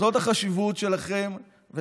זאת החשיבות שלכם,